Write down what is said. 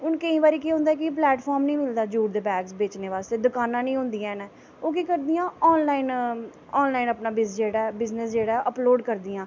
हून केईं बारी केह् होंदा कि प्लैटफार्म निं मिलदा जूटस दे बैग बेचने बास्ते दकानां निं होंदियां न ओह् केह् करदियां ऑन लाईन अपना बिज़नस जेह्ड़ा अपलोड़ करदियां